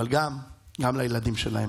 אבל גם לילדים שלהם.